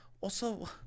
Also-